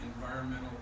environmental